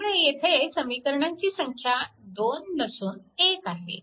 त्यामुळे येथे समीकरणांची संख्या 2 नसून 1 आहे